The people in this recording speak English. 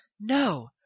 No